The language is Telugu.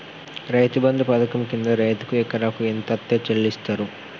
రైతు బంధు పథకం కింద రైతుకు ఎకరాకు ఎంత అత్తే చెల్లిస్తరు?